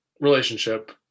relationship